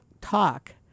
talk